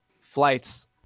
flights